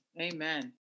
Amen